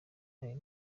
ayo